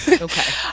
okay